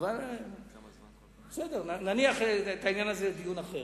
אבל נניח את העניין הזה לדיון אחר.